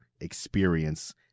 experience